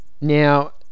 Now